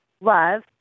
love